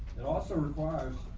it also requires